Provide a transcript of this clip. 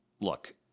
look